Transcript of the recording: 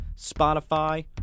Spotify